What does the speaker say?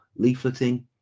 leafleting